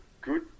good